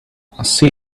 see